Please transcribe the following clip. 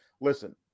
listen